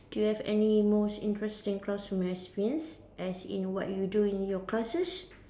do you have any most interesting classroom experience as in what you do in your classes